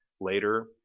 later